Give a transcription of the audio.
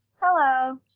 Hello